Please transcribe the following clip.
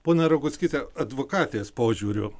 ponia roguckyte advokatės požiūriu